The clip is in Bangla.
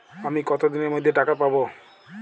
আমি কতদিনের মধ্যে টাকা পাবো?